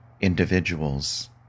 individuals